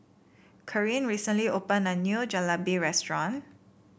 Karyn recently opened a new Jalebi restaurant